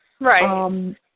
Right